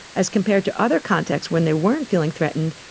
as compared to other contexts when they weren't feeling threatened,